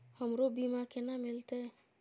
हमरो बीमा केना मिलते?